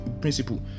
principle